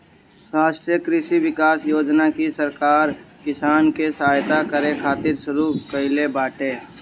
राष्ट्रीय कृषि विकास योजना भी सरकार किसान के सहायता करे खातिर शुरू कईले बाटे